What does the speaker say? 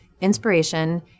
inspiration